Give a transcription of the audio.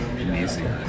Amazing